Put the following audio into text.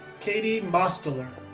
katie mostoller,